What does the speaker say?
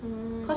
mm